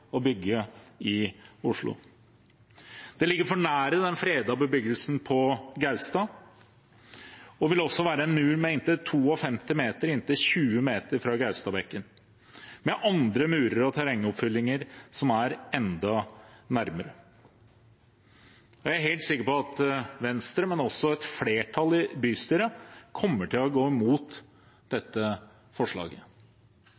å bygge i Oslo. Det ligger for nært den fredede bebyggelsen på Gaustad, og det vil også være en mur på inntil 52 meter inntil 20 meter fra Gaustadbekken, med andre murer og terrengoppfyllinger som er enda nærmere. Jeg er helt sikker på at Venstre, men også et flertall i bystyret, kommer til å gå imot